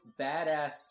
badass